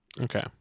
Okay